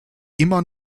immer